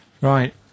Right